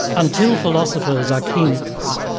until philosophers are kings,